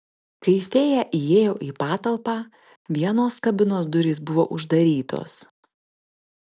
kai fėja įėjo į patalpą vienos kabinos durys buvo uždarytos